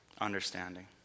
understanding